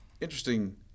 interesting